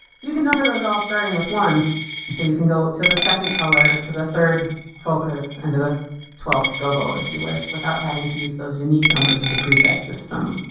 you can number those all starting with one so you can go to the second color to the third focus into the twelfth gobo if you wish without having to use those unique numbers of the preset system.